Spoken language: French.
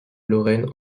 lorraine